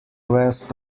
west